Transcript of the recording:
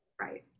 Right